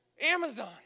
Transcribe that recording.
Amazon